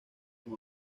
con